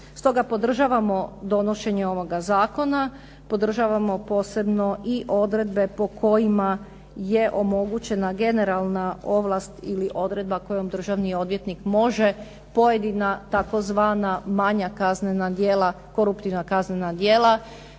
Stoga podržavamo donošenje ovoga zakona, podržavamo posebno i odredbe po kojima je omogućena generalna ovlast ili odredba kojom državni odvjetnik može pojedina tzv. manja koruptivna kaznena djela